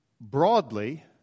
broadly